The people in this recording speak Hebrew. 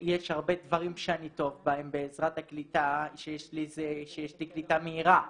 יש הרבה דברים שאני טוב בהם בעזרת זה שיש לי קליטה מהירה.